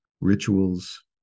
rituals